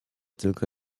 tylko